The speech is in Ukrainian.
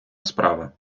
справа